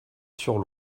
sur